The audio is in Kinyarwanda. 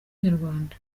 nyarwanda